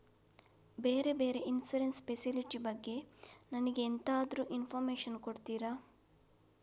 ಬೇರೆ ಬೇರೆ insurance facility ಬಗ್ಗೆ ನನಗೆ ಎಂತಾದ್ರೂ ಇನ್ಫೋರ್ಮೇಷನ್ ಕೊಡ್ತೀರಾ?